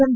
M